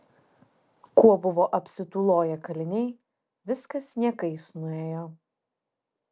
kuo buvo apsitūloję kaliniai viskas niekais nuėjo